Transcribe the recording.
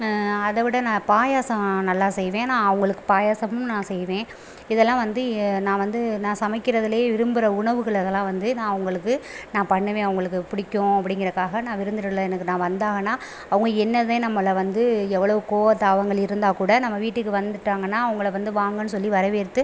அதைவிட நான் பாயாசம் நல்லா செய்வேன் நான் அவங்களுக்கு பாயசமும் நான் செய்வேன் இதெல்லாம் வந்து ய நான் வந்து நான் சமைக்கிறதுலே விரும்புகிற உணவுகள் அதெல்லாம் வந்து நான் அவங்களுக்கு நான் பண்ணுவேன் அவங்களுக்கு பிடிக்கும் அப்படிங்கிறக்காக நான் விருந்தினர்களை எனக்கு நான் வந்தாங்கனா அவங்க என்னதே நம்மள வந்து எவ்வளோ கோவ தாவங்கள் இருந்தால் கூட நம்ம வீட்டுக்கு வந்துட்டாங்கனா அவங்கள வந்து வாங்கன்னு சொல்லி வரவேற்று